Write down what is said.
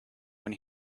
when